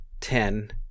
ten